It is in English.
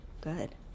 good